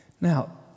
Now